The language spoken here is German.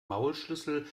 maulschlüssel